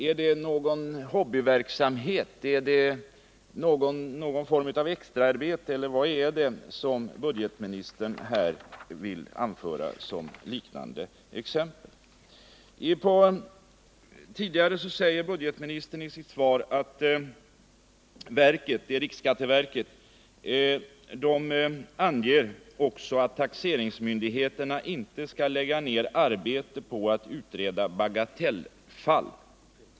Är det någon hobbyverksamhet, är det någon form av extraarbete, eller vad är det som budgetministern avser med ”liknande inkomster”? I svaret säger budgetministern också att riksskatteverket anger att taxeringsmyndigheterna inte skall lägga ner arbete på att utreda bagatellfall.